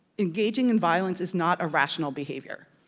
engaging in violence is not a rational behavior,